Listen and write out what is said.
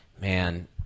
Man